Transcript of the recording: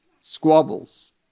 squabbles